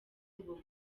ubu